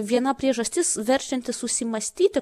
viena priežastis verčianti susimąstyti